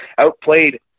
outplayed